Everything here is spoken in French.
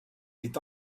est